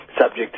subject